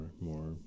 more